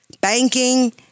banking